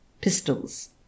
pistols